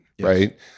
right